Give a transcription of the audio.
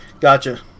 Gotcha